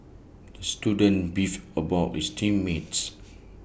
the student beefed about his team mates